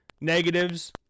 negatives